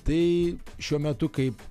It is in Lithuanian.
tai šiuo metu kaip